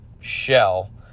shell